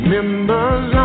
Members